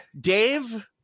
Dave